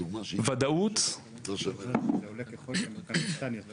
זה עולה ככל שהמתקן קטן יותר